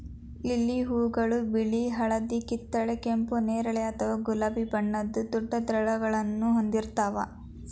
lily ಹೂಗಳು ಬಿಳಿ, ಹಳದಿ, ಕಿತ್ತಳೆ, ಕೆಂಪು, ನೇರಳೆ ಅಥವಾ ಗುಲಾಬಿ ಬಣ್ಣದ ದೊಡ್ಡ ದಳಗಳನ್ನ ಹೊಂದಿರ್ತಾವ